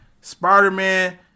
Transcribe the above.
Spider-Man